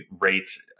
Rates